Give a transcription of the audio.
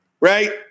right